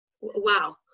wow